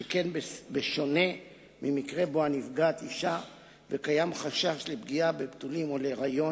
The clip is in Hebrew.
שכן בשונה ממקרה שבו הנפגעת אשה וקיים חשש לפגיעה בבתולין או להיריון,